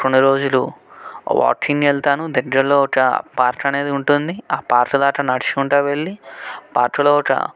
కొన్ని రోజులు వాకింగ్ వెళతాను దగ్గర్లో ఒక పార్క్ అనేది ఉంటుంది ఆ పార్క్ దాకా నడుచుకుంటా వెళ్ళి పార్కులో ఒక